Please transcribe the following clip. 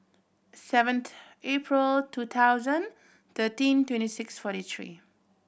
seventh April two thousand thirteen twenty six forty three